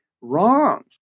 Wrong